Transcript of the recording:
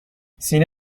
سینه